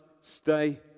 stay